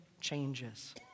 changes